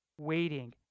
waiting